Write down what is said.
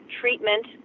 treatment